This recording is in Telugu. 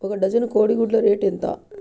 ఒక డజను కోడి గుడ్ల రేటు ఎంత?